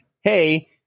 hey